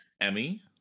emmy